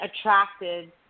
attracted